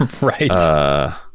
right